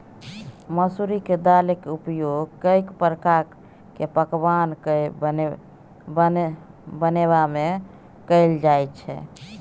मसुरिक दालिक उपयोग कैक प्रकारक पकवान कए बनेबामे कएल जाइत छै